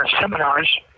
seminars